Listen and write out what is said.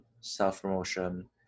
self-promotion